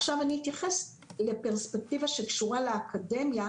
עכשיו אני אתייחס לפרספקטיבה שקשורה לאקדמיה,